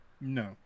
No